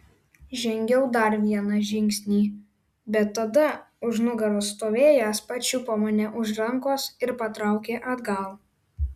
žengiau dar vieną žingsnį bet tada už nugaros stovėjęs pačiupo mane už rankos ir patraukė atgal